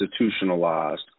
institutionalized